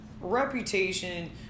reputation